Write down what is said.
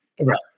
Right